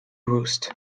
roost